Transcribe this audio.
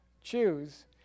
choose